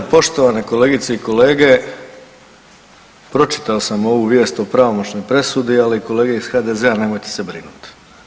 Poštovane kolegice i kolege, pročitao sam ovu vijest o pravomoćnoj presudi, ali kolege iz HDZ-a nemojte se brinuti.